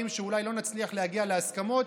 שאולי בהם לא נצליח להגיע להסכמות,